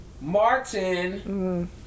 martin